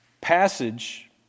passage